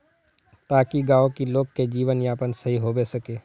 ताकि गाँव की लोग के जीवन यापन सही होबे सके?